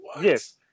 Yes